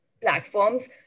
platforms